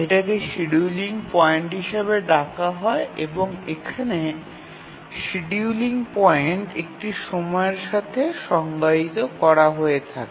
এটাকে scheduling point হিসাবে ডাকা হয় এবং এখানে শিডিউলিং পয়েন্ট একটি সময়ের সাথে সংজ্ঞায়িত করা হয়ে থাকে